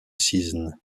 season